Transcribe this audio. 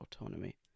autonomy